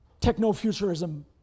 techno-futurism